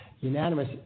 Unanimous